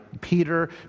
Peter